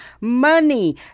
Money